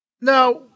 now